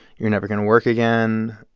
you're never going to work again.